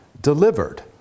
delivered